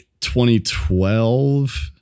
2012